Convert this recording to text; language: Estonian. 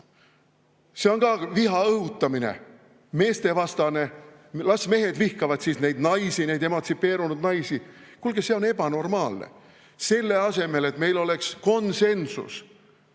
See on ka viha õhutamine, meestevastane. Las mehed vihkavad neid naisi, neid emantsipeerunud naisi. Kuulge, see on ebanormaalne! Selle asemel, et meil oleks konsensus,